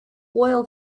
oil